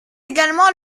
également